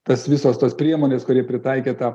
tas visos tos priemonės kuri pritaikyta